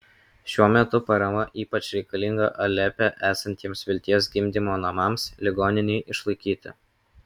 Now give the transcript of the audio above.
šiuo metu parama ypač reikalinga alepe esantiems vilties gimdymo namams ligoninei išlaikyti